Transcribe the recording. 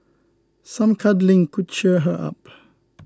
some cuddling could cheer her up